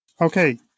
Okay